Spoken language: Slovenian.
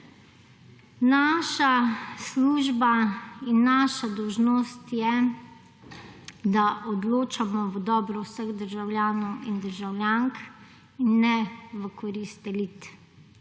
Naša služba in naša dolžnost je, da odločamo v dobro vseh državljanov in državljank in ne v korist elit.